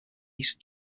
east